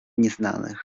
nieznanych